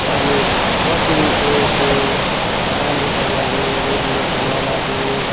अनि कतिको त्यो राम्रोसँगले रेगुलेटर नलाग्ने